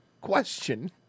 question